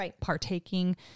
partaking